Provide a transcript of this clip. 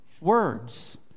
words